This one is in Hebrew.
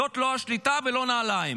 זאת לא שליטה ולא נעליים.